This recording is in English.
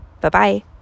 Bye-bye